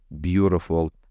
beautiful